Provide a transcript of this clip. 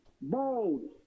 bold